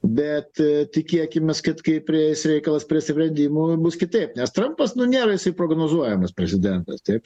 bet tikėkimės kad kai prieis reikalas pries sprendimų bus kitaip nes trampas nu nėra jisai prognozuojamas prezidentas taip